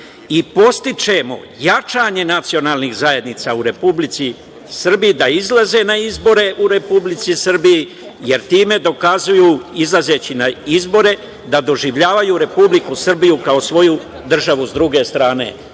i podstičemo jačanje nacionalnih zajednica u Republici Srbiji da izlaze na izbore u Republici Srbiji, jer time dokazuju, izlazeći na izbore, da doživljavaju Republiku Srbiju kao svoju državu, s druge strane.